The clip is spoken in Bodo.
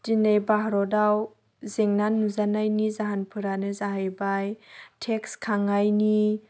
दिनै भारतआव जेंना नुजानायनि जाहोनफोरानो जाहैबाय टेक्स खांनायनि